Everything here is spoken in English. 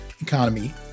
economy